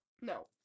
No